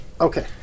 Okay